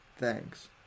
Thanks